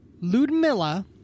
Ludmilla